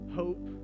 hope